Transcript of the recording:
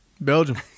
Belgium